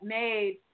made